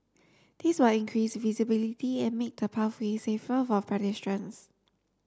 this will increase visibility and make the pathway safer for pedestrians